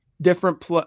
different